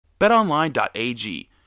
BetOnline.ag